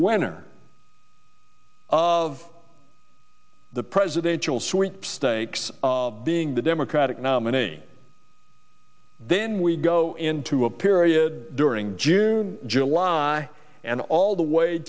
winner of the presidential sweepstakes being the democrat atic nominee then we go into a period during june july and all the way